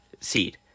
seed